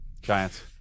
Giants